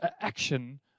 action